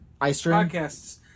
podcasts